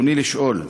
ברצוני לשאול: